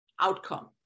outcome